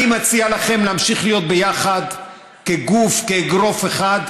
אני מציע לכם להמשיך להיות ביחד כגוף, כאגרוף אחד.